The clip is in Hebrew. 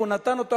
והוא נתן אותו,